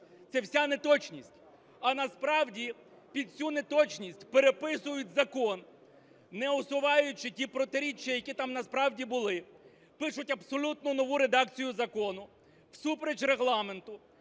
Це вся неточність. А насправді під цю неточність переписують закон, не усуваючи ті протиріччя, які там насправді були, пишуть абсолютно нову редакцію закону всупереч Регламенту,